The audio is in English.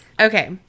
Okay